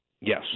Yes